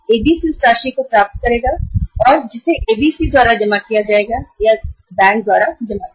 ABC पहले वह राशि प्राप्त करें और फिर वह राशि ABC द्वारा बैंक में जमा की जाए